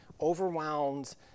overwhelmed